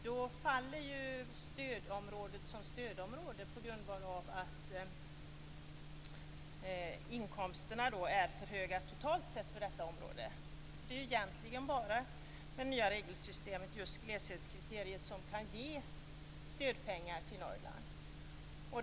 Då faller ju stödområdet som stödområde på grundval av att inkomsterna totalt sett är för höga för detta område. Det är ju egentligen bara med det nya regelsystemet, gleshetskriteriet, som stödpengar kan ges till Norrland.